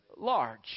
large